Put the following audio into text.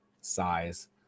size